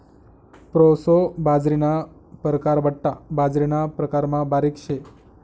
proso बाजरीना परकार बठ्ठा बाजरीना प्रकारमा बारीक शे